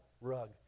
rug